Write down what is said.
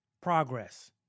progress